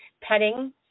petting